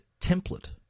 template